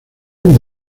desde